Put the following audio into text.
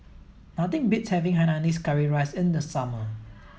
nothing beats having Hainanese curry rice in the summer